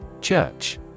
Church